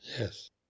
Yes